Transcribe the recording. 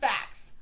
Facts